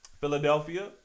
Philadelphia